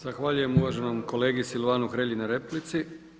Zahvaljujem uvaženom kolegi Silvanu Hrelji na replici.